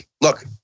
look